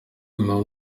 nyuma